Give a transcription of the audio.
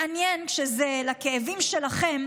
מעניין שכשזה לכאבים שלכם,